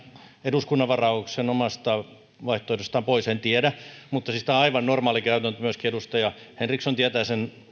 eduskunnan varauksen omasta vaihtoehdostaan pois en tiedä mutta tämä on siis aivan normaali käytäntö myöskin edustaja henriksson tietää sen